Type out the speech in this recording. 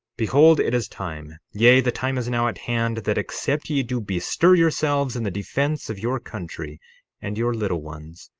behold it is time, yea, the time is now at hand, that except ye do bestir yourselves in the defence of your country and your little ones,